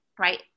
right